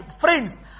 friends